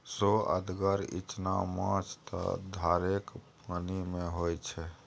सोअदगर इचना माछ त धारेक पानिमे होए छै